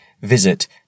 visit